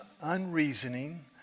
unreasoning